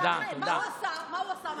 הוא עשה?